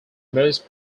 most